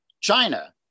China